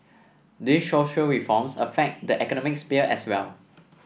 these social reforms affect the economic sphere as well